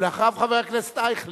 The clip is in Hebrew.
אחריו, חבר הכנסת אייכלר,